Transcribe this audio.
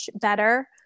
better